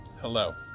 Hello